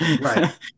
right